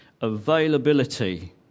availability